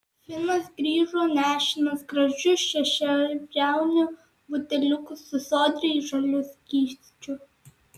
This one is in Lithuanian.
finas grįžo nešinas gražiu šešiabriauniu buteliuku su sodriai žaliu skysčiu